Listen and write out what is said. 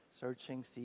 searching